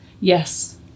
Yes